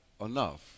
enough